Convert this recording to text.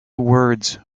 words